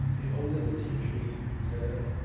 the older the tea tree lives,